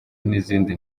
n’izindi